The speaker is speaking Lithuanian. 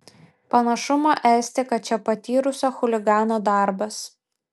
panašumo esti kad čia patyrusio chuligano darbas